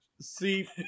See